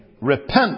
repent